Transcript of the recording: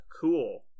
Cool